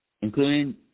including